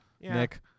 Nick